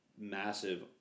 massive